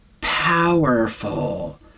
powerful